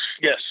Yes